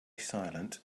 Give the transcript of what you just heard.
silent